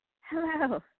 Hello